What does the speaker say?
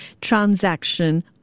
transaction